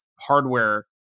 hardware